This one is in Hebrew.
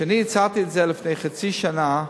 כשאני הצעתי את זה לפני חצי שנה,